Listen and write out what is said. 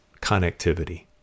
connectivity